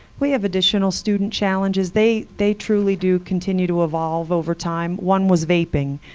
we have additional student challenges. they they truly do continue to evolve over time. one was vaping.